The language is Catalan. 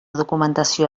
documentació